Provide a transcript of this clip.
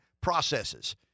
processes